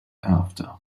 after